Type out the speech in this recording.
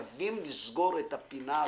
חייבים לסגור את הפינה הזו.